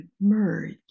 merge